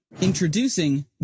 Introducing